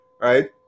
Right